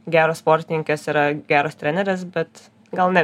geros sportininkės yra geros trenerės bet gal ne